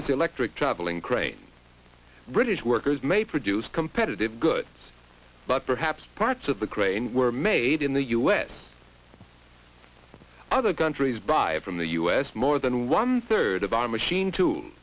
this electric travelling crane british workers may produce competitive goods but perhaps parts of the grain were made in the us other countries buy from the us more than one third of our machine to